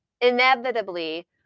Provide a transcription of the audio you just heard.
inevitably